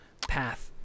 path